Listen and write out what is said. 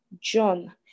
John